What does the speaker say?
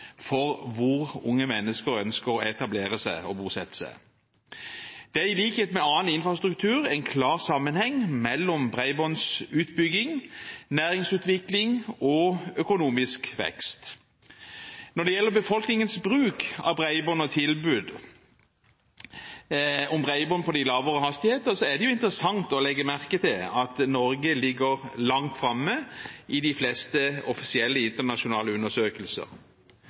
for hvor unge mennesker ønsker å etablere seg og bosette seg. Det er i likhet med annen infrastruktur en klar sammenheng mellom bredbåndsutbygging, næringsutvikling og økonomisk vekst. Når det gjelder befolkningens bruk av bredbånd og tilbud om bredbånd på de lavere hastigheter, er det interessant å legge merke til at Norge ligger langt framme i de fleste offisielle internasjonale undersøkelser.